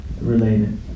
related